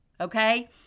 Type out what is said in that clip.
Okay